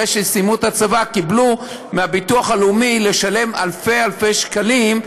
אחרי שסיימו את הצבא קיבלו מהביטוח הלאומי לשלם אלפי-אלפי שקלים,